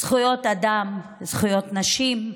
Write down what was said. זכויות האדם, זכויות נשים,